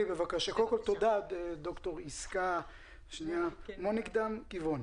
תודה דוקטור יסכה מוניקדם טבעון.